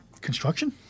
construction